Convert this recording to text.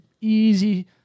easy